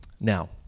Now